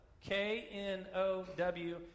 K-N-O-W